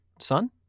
son